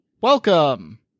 Welcome